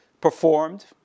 performed